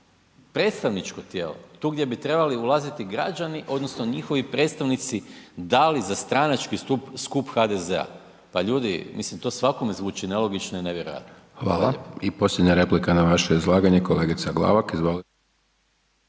predstavničko tijelo, tu gdje bi trebali ulaziti građani odnosno njihovi predstavnici dali za stranački skup HDZ, pa ljudi, mislim to svakome zvuči nelogično i nevjerojatno. Hvala lijepo. **Hajdaš Dončić, Siniša (SDP)**